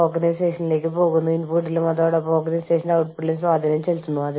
ചില രാജ്യങ്ങൾ കൈക്കൂലി സ്വീകാര്യമായ ഒരു ബിസിനസ്സ് സമ്പ്രദായമായി കണക്കാക്കുന്നു